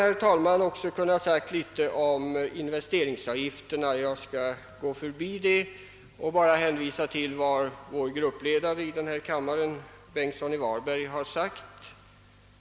Jag skulle också ha kunna säga litet om investeringsgarantier, men jag skall gå förbi den frågan och bara hänvisa till vad vår gruppledare i denna kammare, herr Bengtsson i Varberg, har sagt.